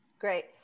Great